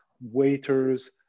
waiters